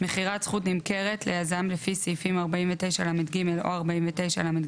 מכירת זכות נמכרת ליזם לפי סעיפים 49לג או 49לג1,